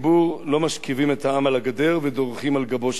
לא משכיבים את העם על הגדר ודורכים על גבו של הציבור.